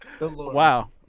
Wow